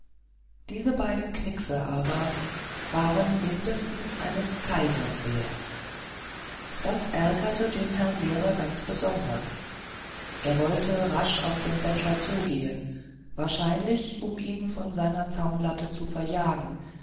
diese beiden knickse aber waren mindestens eines kaisers wert das ärgerte den herrn lehrer ganz besonders er wollte rasch auf den bettler zugehen wahrscheinlich um ihn von seiner zaunlatte zu verjagen